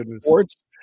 sports